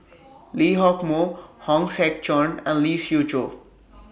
Lee Hock Moh Hong Sek Chern and Lee Siew Choh